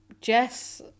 Jess